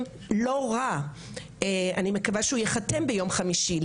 קיבוצי לא רע ואני מקווה שהוא ייחתם ביום חמישי הקרוב.